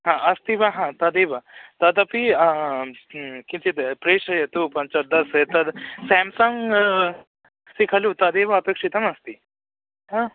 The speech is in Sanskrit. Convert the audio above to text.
अ अस्ति वा ह तदेव तदपि किञ्चिद् प्रेषयतु पञ्च दश एतद् स्याम्सङ्ग् अस्ति खलु तदेव अपेक्षितमस्ति ह